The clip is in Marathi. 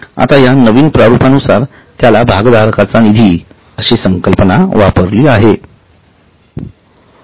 आता या नवीन प्रारूपानुसार त्याला भागधारकांचा निधी अशी संकल्पना वापरली आहे